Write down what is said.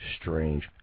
strange